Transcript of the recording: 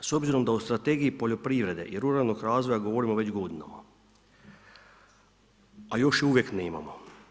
S obzirom da o Strategiji poljoprivrede i ruralnog razvoja govorimo već godinama a još je uvijek nemamo.